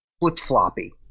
flip-floppy